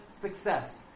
success